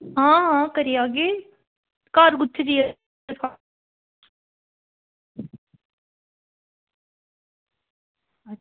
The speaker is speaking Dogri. आं करी जाह्गी घर कुत्थें जेह